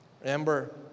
Remember